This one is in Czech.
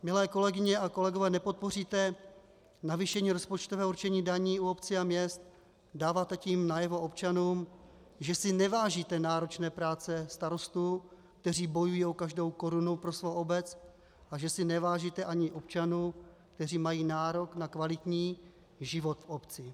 Milé kolegyně a kolegové, pokud nepodpoříte navýšení rozpočtového určení daní u obcí a měst, dáváte tím občanům najevo, že si nevážíte náročné práce starostů, kteří bojují o každou korunu pro svou obec, a že si nevážíte ani občanů, kteří mají nárok na kvalitní život v obci.